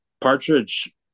Partridge